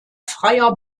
freier